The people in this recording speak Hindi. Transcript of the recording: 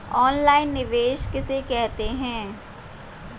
ऑनलाइन निवेश किसे कहते हैं?